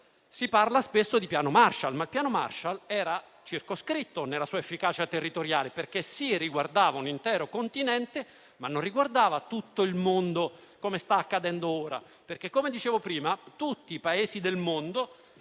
Si parla spesso di piano Marshall, ma quel piano era circoscritto nella sua efficacia territoriale, in quanto riguardava un intero continente, ma non riguardava tutto il mondo come sta accadendo ora, perché tutti i Paesi del mondo